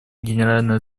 генеральной